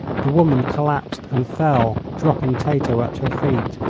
the woman collapsed and fell, dropping tato at her feet,